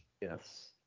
Yes